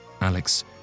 Alex